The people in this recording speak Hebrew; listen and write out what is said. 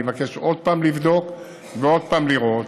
אני אבקש עוד פעם לבדוק ועוד פעם לראות.